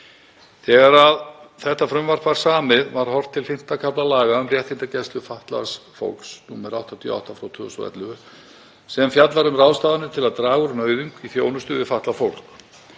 Þegar þetta frumvarp var samið var horft til V. kafla laga um réttindagæslu fatlaðs fólks, nr. 88/2011, sem fjallar um ráðstafanir til að draga úr nauðung í þjónustu við fatlað fólk.